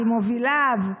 ממוביליו.